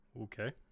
Okay